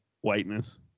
whiteness